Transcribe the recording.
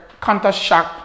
counter-shock